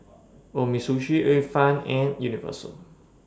Umisushi Ifan and Universal